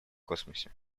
космосе